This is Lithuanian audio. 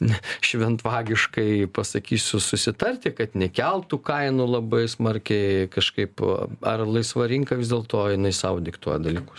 ne šventvagiškai pasakysiu susitarti kad nekeltų kainų labai smarkiai kažkaip ar laisva rinka vis dėl to jinai sau diktuoja dalykus